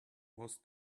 was